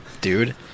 dude